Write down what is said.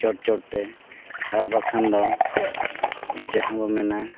ᱪᱚᱴ ᱪᱚᱴᱛᱮ ᱟᱨ ᱵᱟᱝᱠᱷᱟᱱ ᱫᱚ ᱡᱟᱦᱟᱸᱵᱚᱱ ᱢᱮᱱᱟ